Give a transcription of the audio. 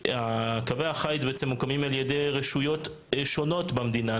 קווי החיץ למעשה מוקמים על ידי רשויות שונות במדינה.